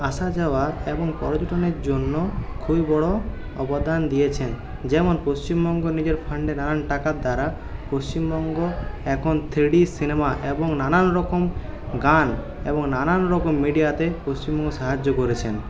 আসা যাওয়া এবং পর্যটনের জন্য খুবই বড় অবদান দিয়েছেন যেমন পশ্চিমবঙ্গ নিজের ফান্ডে নানান টাকার দ্বারা পশ্চিমবঙ্গ এখন থ্রি ডি সিনেমা এবং নানান রকম গান এবং নানান রকম মিডিয়াতে পশ্চিমবঙ্গ সাহায্য করেছেন